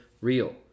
real